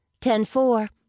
Ten-four